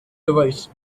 device